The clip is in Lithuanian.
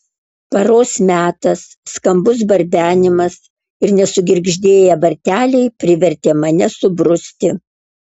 paros metas skambus barbenimas ir nesugirgždėję varteliai privertė mane subruzti